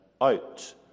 Out